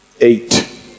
Eight